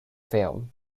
film